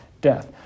death